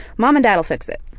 mom and dad will fix it.